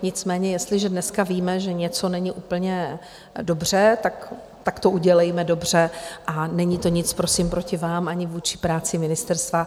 Nicméně jestliže dneska víme, že něco není úplně dobře, tak to udělejme dobře a není to nic prosím proti vám ani vůči práci ministerstva.